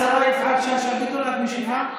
יפעת שאשא ביטון, את משיבה?